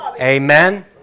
Amen